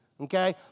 okay